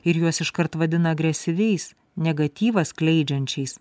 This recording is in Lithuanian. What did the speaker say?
ir juos iškart vadina agresyviais negatyvą skleidžiančiais